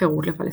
חירות לפלסטין'.